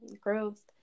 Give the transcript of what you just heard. growth